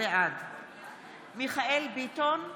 בעד מיכאל מרדכי ביטון,